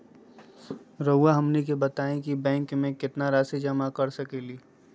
रहुआ हमनी के बताएं कि बैंक में कितना रासि जमा कर सके ली?